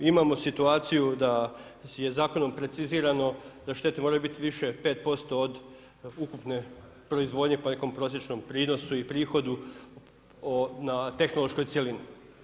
Imamo situaciju da je zakonom precizirano da štete moraju biti više 50% od ukupne proizvodnje po nekom prosječnom prinosu i prihodu na tehnološkoj cjelini.